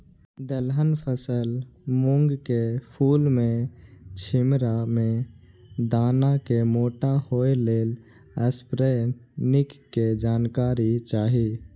दलहन फसल मूँग के फुल में छिमरा में दाना के मोटा होय लेल स्प्रै निक के जानकारी चाही?